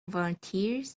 volunteers